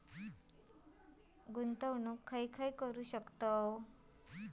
गुंतवणूक खय खय करू शकतव?